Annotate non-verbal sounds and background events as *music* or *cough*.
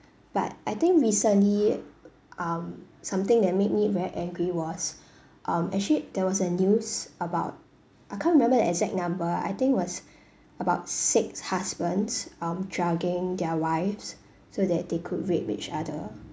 but I think recently um something that made me very angry was *breath* um actually there was a news about I can't remember the exact number I think was *breath* about six husbands um drugging their wives so that they could rape each other